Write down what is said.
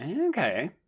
Okay